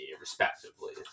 respectively